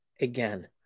again